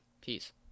Peace